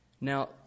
Now